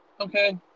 Okay